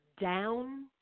down